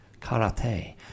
karate